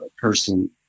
person